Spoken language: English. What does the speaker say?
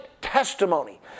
testimony